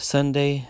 Sunday